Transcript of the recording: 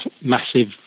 massive